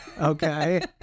Okay